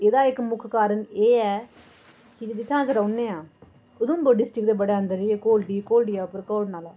एह्दा इक मुक्ख कारण एह् ऐ कि जि'त्थें अस रौह्ने आं उधमपुर डिस्ट्रिक्ट दे बड़े अंदर जाइयै घोलडी घोलडियै उप्पर कोल नाला